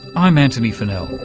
i'm antony funnell.